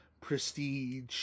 prestige